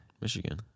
Michigan